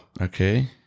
Okay